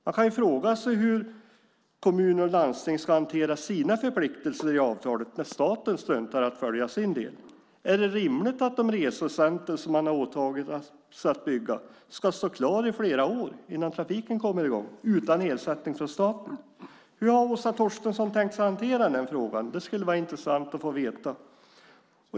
Man kan fråga sig hur kommuner och landsting ska hantera sina förpliktelser i avtalet när staten struntar i att uppfylla sin del. Är det rimligt att de resecentrum som man åtagit sig att bygga ska stå färdiga i flera år innan trafiken kommer i gång utan ersättning från staten? Hur har Åsa Torstensson tänkt hantera den frågan? Det skulle vara intressant att få veta.